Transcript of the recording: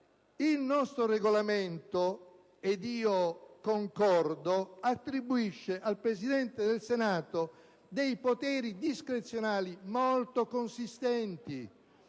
Il nostro Regolamento - ed io concordo - attribuisce al Presidente del Senato dei poteri discrezionali molto consistenti.